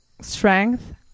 strength